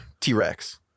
T-Rex